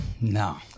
no